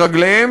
ברגליהם,